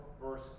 verse